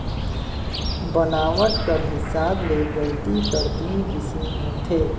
बनावट कर हिसाब ले गइती कर तीन किसिम होथे